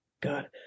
God